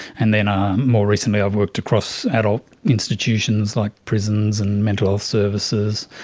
and then um more recently i've worked across adult institutions like prisons and mental health services,